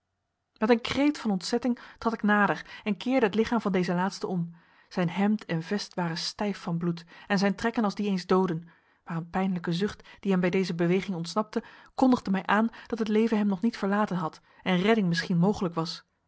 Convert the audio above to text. met een kreet van ontzetting trad ik nader en keerde het lichaam van dezen laatste om zijn hemd en vest waren stijf van bloed en zijn trekken als die eens dooden maar een pijnlijke zucht die hem bij deze beweging ontsnapte kondigde mij aan dat het leven hem nog niet verlaten had en redding misschien mogelijk was